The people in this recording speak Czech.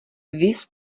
viz